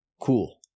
Cool